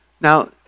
Now